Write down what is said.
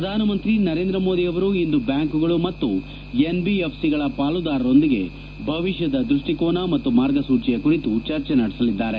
ಪ್ರಧಾನಮಂತ್ರಿ ನರೇಂದ್ರ ಮೋದಿ ಅವರು ಇಂದು ಬ್ಯಾಂಕುಗಳು ಮತ್ತು ಎನ್ಬಿಎಫ್ಸಿಗಳ ಪಾಲುದಾರರೊಂದಿಗೆ ಭವಿಷ್ಯದ ದೃಷ್ಟಿಕೋನ ಮತ್ತು ಮಾರ್ಗಸೂಚಿಯ ಕುರಿತು ಚರ್ಚೆ ನಡೆಸಲಿದ್ದಾರೆ